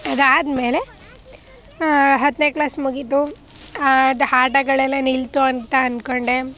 ಅದಾದ್ಮೇಲೆ ಹತ್ತನೇ ಕ್ಲಾಸ್ ಮುಗಿದು ಅದು ಆಟಗಳೆಲ್ಲ ನಿಲ್ಲಿತು ಅಂತ ಅಂದ್ಕೊಂಡೆ